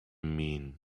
mean